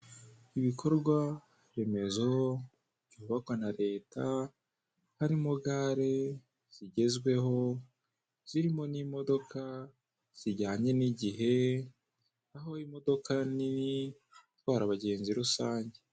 Ibikorwaremezo byubakwa na Leta, harimo gare zigezweho zirimo n'imodoka zijyanye n'igihe, aho imodoka nini itwara abagenzi rusange.